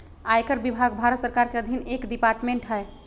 आयकर विभाग भारत सरकार के अधीन एक डिपार्टमेंट हय